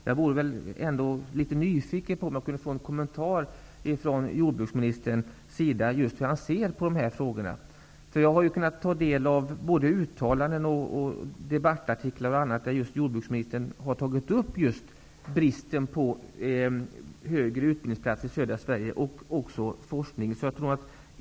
Går det att få en kommentar från jordbruksministern om hur han ser på dessa frågor? Jag har kunnat ta del av både uttalanden och debattartiklar, i vilka jordbruksministern tagit upp just bristen på platser för högre utbildning och forskning i södra Sverige.